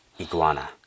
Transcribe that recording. Iguana